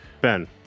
Ben